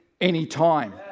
anytime